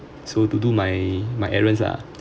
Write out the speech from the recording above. so to do my my errands lah